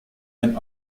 ein